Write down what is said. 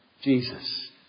Jesus